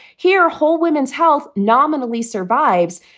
here, whole women's health nominally survives,